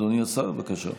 אדוני השר, בבקשה.